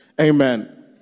Amen